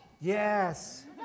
Yes